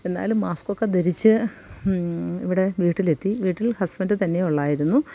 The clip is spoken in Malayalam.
എന്നാലും മാസ്ക്കൊക്കെ ധരിച്ച് ഇവിടെ വീട്ടിലെത്തി വീട്ടില് ഹസ്ബൻഡ് തന്നെ ഉള്ളായിരുന്നു